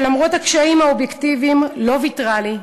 שלמרות הקשיים האובייקטיביים לא ויתרה לי,